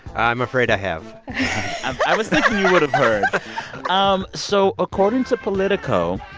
i'm afraid i have i was thinking you would have heard. um so according to politico,